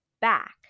back